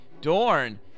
Dorn